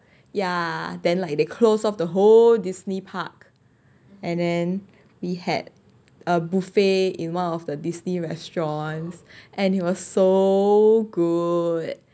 ya then like the closed off the whole Disney park and then we had a buffet in one of the Disney restaurants and it was so good